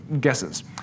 guesses